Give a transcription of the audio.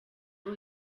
rwo